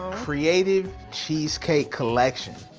creative cheesecake collection.